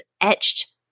etched